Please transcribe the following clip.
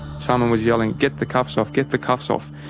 someone was yelling, get the cuffs off. get the cuffs off.